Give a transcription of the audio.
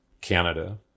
Canada